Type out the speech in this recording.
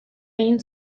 egin